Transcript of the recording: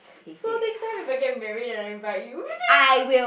so next time if I get married and I invite you